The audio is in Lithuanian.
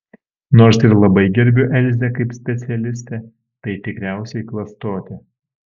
nors ir labai gerbiu elzę kaip specialistę tai tikriausiai klastotė